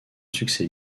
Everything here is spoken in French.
succès